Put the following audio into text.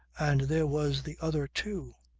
and there was the other too.